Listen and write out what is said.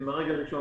מהרגע הראשון.